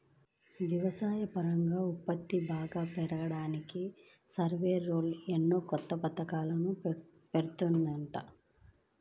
వ్యవసాయపరంగా ఉత్పత్తిని బాగా పెంచడానికి సర్కారోళ్ళు ఎన్నో కొత్త పథకాలను పెడుతున్నారంట